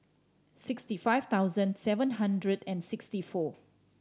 sixty five thousand seven hundred and sixty four